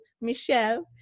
Michelle